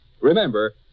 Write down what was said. Remember